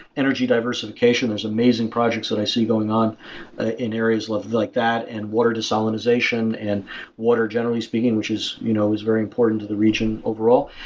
energy diversification there's amazing projects that i see going on in areas like like that and water desalinization. and water, generally speaking, which is you know is very important to the region overall.